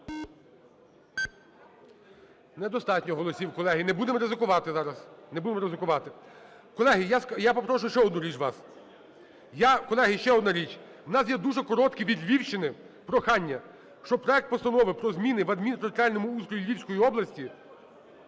Недостатньо голосів, колеги. Не будемо ризикувати зараз, не будемо ризикувати. Колеги, я попрошу ще одну річ у вас. Колеги, ще одна річ. У нас є дуже коротке від Львівщини прохання, щоб проект Постанови про зміни вадмінтериторіальному устрої Львівської області…